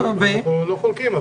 אנחנו לא חולקים,